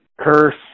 curse